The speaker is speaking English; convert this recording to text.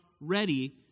ready